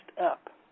up